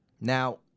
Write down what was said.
now